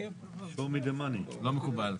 לא מקובל.